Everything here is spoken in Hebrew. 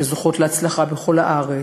שזוכות להצלחה בכל הארץ.